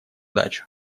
дачу